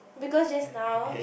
because just now